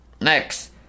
Next